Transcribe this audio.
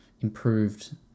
improved